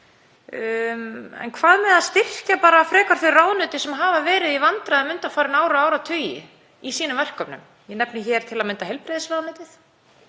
En hvað með að styrkja bara frekar þau ráðuneyti sem hafa verið í vandræðum undanfarin ár og áratugi í sínum verkefnum? Ég nefni hér til að mynda heilbrigðisráðuneytið,